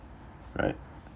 right